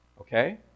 okay